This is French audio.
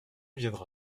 viendra